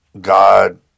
God